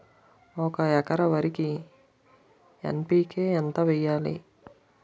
ఒక ఎకర వరికి ఎన్.పి కే ఎంత వేయాలి?